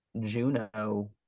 Juno